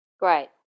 Great